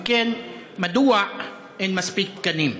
2. אם כן, מדוע אין מספיק תקנים?